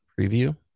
preview